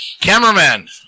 cameraman